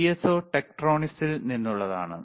DSO ടെക്ട്രോണിക്സിൽ നിന്ന് ഉള്ളതാണ്